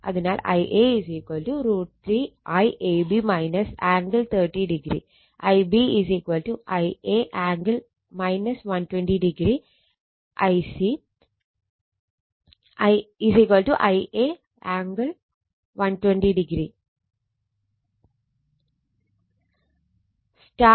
അതിനാൽ Ia √ 3 IAB angle 30o Ib Ia angle 120o Ic Ia angle 120o